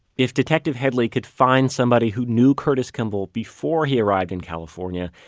if detective headley could find somebody who knew curtis kimball before he arrived in california,